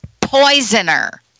poisoner